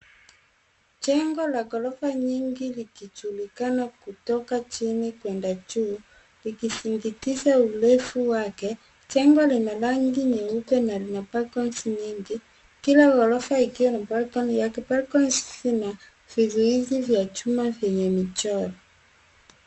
Jengo la ghorofa nyingi likijulikana kutoka chini kwenda juu, likisingitiza urefu wake. Jengo lina rangi nyeupe na lina baclonies nyingi, kila ghorofa ikiwa na balcony yake, balcony zina vizuizi vya chuma vyenye michoro.